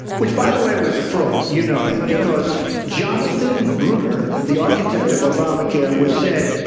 which by the way was a fraud. you know that. because jonathan gruber, the architect of obamacare was said,